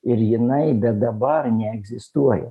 ir jinai be dabar neegzistuoja